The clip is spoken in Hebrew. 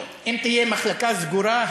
אם תהיה מחלקה סגורה,